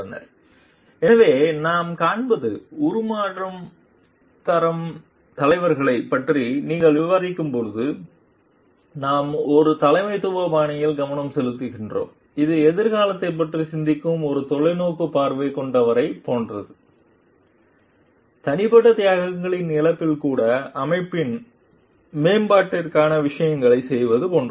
slide நேரம் 1441 பார்க்கவும் எனவே இங்கே நாம் காண்பது உருமாற்றம் தரும் தலைவர்களைப் பற்றி நீங்கள் விவாதிக்கும்போது நாம் ஒரு தலைமைத்துவ பாணியில் கவனம் செலுத்துகிறோம் இது எதிர்காலத்தைப் பற்றி சிந்திக்கும் ஒரு தொலைநோக்குப் பார்வை கொண்டவரைப் போன்றது தனிப்பட்ட தியாகங்களின் இழப்பில் கூட அமைப்பின் மேம்பாட்டிற்காக விஷயங்களைச் செய்வது போன்றது